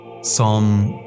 Psalm